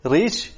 Reach